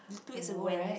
it was two weeks ago right